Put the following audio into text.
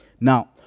Now